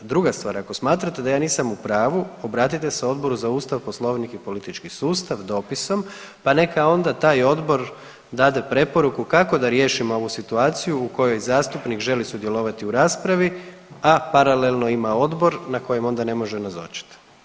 Druga stvar, ako smatrate da ja nisam u pravu obratite se Odboru za Ustav, poslovnik i politički sustav dopisom pa neka onda taj odbor dade preporuku kako da riješimo ovu situaciju u kojoj zastupnik želi sudjelovati u raspravi, a paralelno ima odbor na kojem onda ne može nazočit.